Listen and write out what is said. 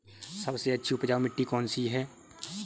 सबसे अच्छी उपजाऊ मिट्टी कौन सी है?